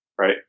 right